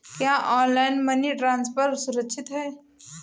क्या online money transfer सुरक्षित है?